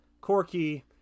Corky